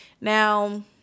Now